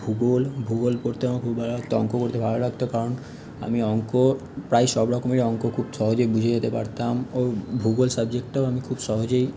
ভূগোল ভূগোল পড়তে আমার খুব ভালো লাগতো অঙ্ক করতে ভালো লাগতো কারণ আমি অঙ্ক প্রায় সব রকমের অঙ্ক খুব সহজেই বুঝে যেতে পারতাম ও ভূগোল সাবজেক্টটাও আমি খুব সহজেই